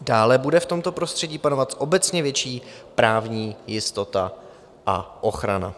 Dále bude v tomto prostředí panovat obecně větší právní jistota a ochrana.